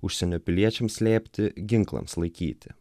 užsienio piliečiams slėpti ginklams laikyti